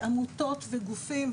עמותות וגופים.